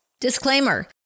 Disclaimer